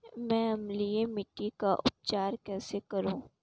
मैं अम्लीय मिट्टी का उपचार कैसे करूं?